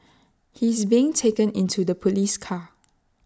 he is being taken into the Police car